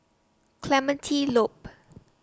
Clementi Loop